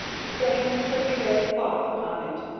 spreading the turkey-red cloth upon it.